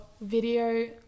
video